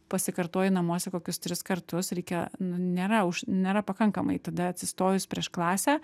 pasikartoji namuose kokius tris kartus reikia nu nėra nėra pakankamai tada atsistojus prieš klasę